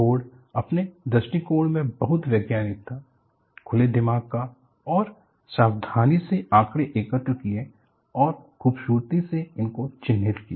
board अपने दृष्टिकोण में बहुत वैज्ञानिक था खुले दिमाग का और सावधानी से आकड़े एकत्र किए और खूबसूरती से इनको चिह्नित किया